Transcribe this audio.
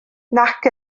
nac